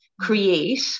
create